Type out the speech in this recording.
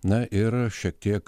na ir šiek tiek